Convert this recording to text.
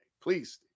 Please